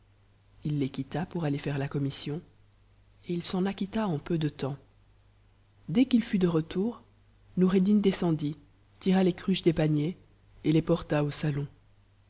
ii les quitta pour aller faire la commission et il s'en acquitta eu peu de temps dès qu'il fut de retour noureddin descendit tira les cruches des paniers et les porta au salon